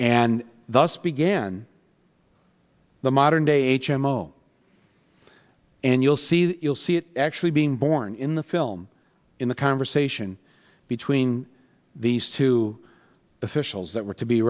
and thus began the modern day h m o and you'll see you'll see it actually being born in the film in the conversation between these two officials that were to be